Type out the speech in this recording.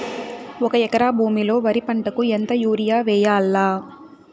ఒక ఎకరా భూమిలో వరి పంటకు ఎంత యూరియ వేయల్లా?